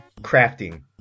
crafting